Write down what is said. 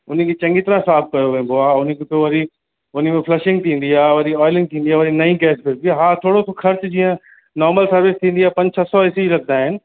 उन खे चङी तरह साफ़ु कयो वेंदो आहे उन खे पोइ वरी उन में फ्लशिंग थींदी आहे और वरी ऑयलिंग थींदी आहे वरी नईं गैस भरिबी आहे हा थोरो सो ख़र्च जीअं नॉर्मल सर्विस थींदी आहे पंज छह सौ एसे ई लॻंदा आहिनि